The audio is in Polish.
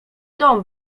dom